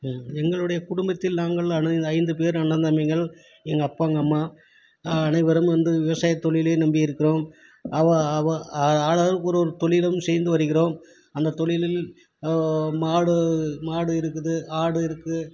ம் எங்களுடைய குடும்பத்தில் நாங்கள் அண் ஐந்து பேர் அண்ணன் தம்பிங்கள் எங்கப்பா எங்கம்மா அனைவரும் வந்து விவசாயத் தொழிலையே நம்பி இருக்கிறோம் அவ அவ ஆளாளுக்கு ஒவ்வொரு தொழிலும் செய்து வருகிறோம் அந்த தொழிலில் மாடு மாடு இருக்குது ஆடு இருக்குது